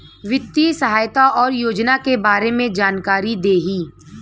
वित्तीय सहायता और योजना के बारे में जानकारी देही?